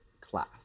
class